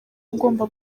ugomba